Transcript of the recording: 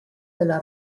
della